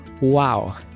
Wow